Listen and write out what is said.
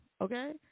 Okay